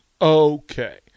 Okay